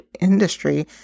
industry